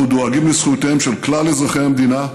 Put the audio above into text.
אנחנו דואגים לזכויותיהם של כלל אזרחי המדינה,